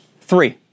Three